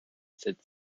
said